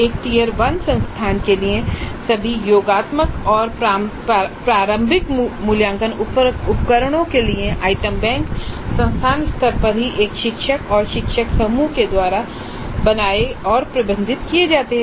एक टियर 1 संस्थान के लिए सभी योगात्मक और प्रारंभिक मूल्यांकन उपकरणों के लिए आइटम बैंक संस्थान स्तर पर ही एक शिक्षक या शिक्षकों के समूह द्वारा बनाए और प्रबंधित किए जाते हैं